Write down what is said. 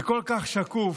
זה כל כך שקוף,